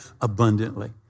abundantly